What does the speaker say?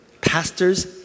pastors